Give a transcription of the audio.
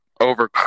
Over